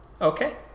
okay